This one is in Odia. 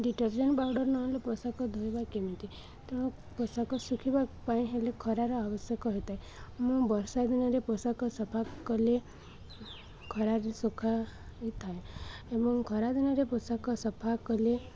ଡିଟର୍ଜେଣ୍ଟ ପାଉଡର୍ ନହେଲେ ପୋଷାକ ଧୋଇବା କେମିତି ତେଣୁ ପୋଷାକ ଶୁଖିବା ପାଇଁ ହେଲେ ଖରାର ଆବଶ୍ୟକ ହୋଇଥାଏ ମୁଁ ବର୍ଷା ଦିନରେ ପୋଷାକ ସଫା କଲେ ଖରାରେ ଶୁଖା ହୋଇଥାଏ ଏବଂ ଖରା ଦିନରେ ପୋଷାକ ସଫା କଲେ